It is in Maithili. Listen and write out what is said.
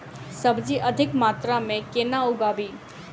सब्जी अधिक मात्रा मे केना उगाबी?